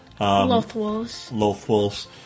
Lothwolves